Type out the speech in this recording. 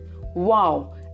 Wow